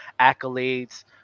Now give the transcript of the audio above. accolades